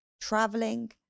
traveling